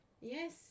yes